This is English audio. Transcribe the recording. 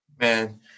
man